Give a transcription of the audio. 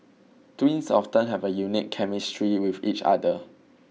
twins often have a unique chemistry with each other